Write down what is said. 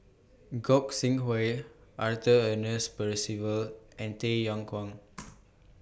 Gog Sing Arthur Ernest Percival and Tay Yong Kwang